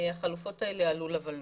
והחלופות האלה עלו ל-ולנת"ע.